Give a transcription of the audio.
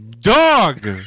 Dog